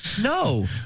No